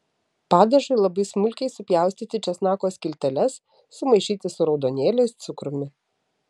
padažui labai smulkiai supjaustyti česnako skilteles sumaišyti su raudonėliais cukrumi